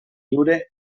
lliure